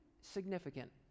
significant